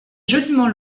joliment